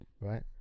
right